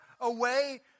away